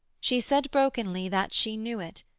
she said brokenly, that she knew it,